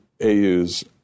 AU's